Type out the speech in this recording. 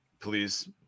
please